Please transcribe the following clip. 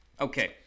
Okay